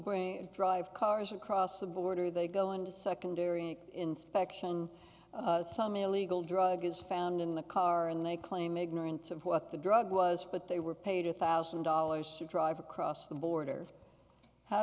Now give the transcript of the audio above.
bring drive cars across the border they go into secondary inspection some illegal drug is found in the car and they claim ignorance of what the drug was but they were paid a one thousand dollars should drive across the border how